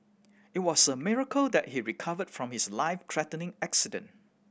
it was a miracle that he recovered from his life threatening accident